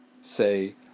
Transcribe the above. say